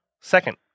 Second